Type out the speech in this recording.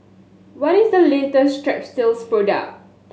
what is the latest Strepsils product